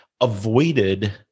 Avoided